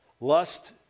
Lust